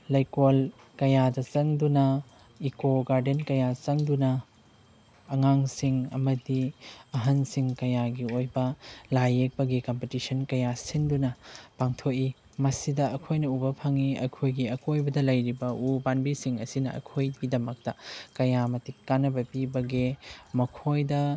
ꯂꯩꯀꯣꯜ ꯀꯌꯥꯗ ꯆꯪꯗꯨꯅ ꯏꯀꯣ ꯒꯥꯔꯗꯦꯟ ꯀꯌꯥ ꯆꯪꯗꯨꯅ ꯑꯉꯥꯡꯁꯤꯡ ꯑꯃꯗꯤ ꯑꯍꯟꯁꯤꯡ ꯀꯌꯥꯒꯤ ꯑꯣꯏꯕ ꯂꯥꯏ ꯌꯦꯛꯄꯒꯤ ꯀꯝꯄꯤꯇꯤꯁꯟ ꯀꯌꯥ ꯁꯤꯟꯗꯨꯅ ꯄꯥꯡꯊꯣꯛꯏ ꯃꯁꯤꯗ ꯑꯩꯈꯣꯏꯅ ꯎꯕ ꯐꯪꯏ ꯑꯩꯈꯣꯏꯒꯤ ꯑꯀꯣꯏꯕꯗ ꯂꯩꯔꯤꯕ ꯎ ꯄꯥꯝꯕꯤꯁꯤꯡ ꯑꯁꯤꯅ ꯑꯩꯈꯣꯏꯒꯤꯗꯃꯛꯇ ꯀꯌꯥ ꯃꯇꯤꯛ ꯀꯥꯟꯅꯕ ꯄꯤꯕꯒꯦ ꯃꯈꯣꯏꯗ